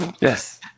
Yes